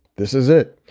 this is it,